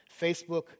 Facebook